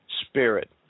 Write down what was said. spirit